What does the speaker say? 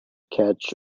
catch